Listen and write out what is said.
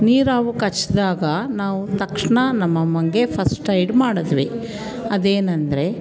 ನೀರು ಹಾವು ಕಚ್ಚಿದಾಗ ನಾವು ತಕ್ಷಣ ನಮ್ಮಮ್ಮನಿಗೆ ಫಸ್ಟ್ ಯೈಡ್ ಮಾಡಿದ್ವಿ ಅದೇನೆಂದ್ರೆ